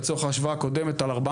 לצורך ההשוואה הקודמת,